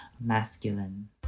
masculine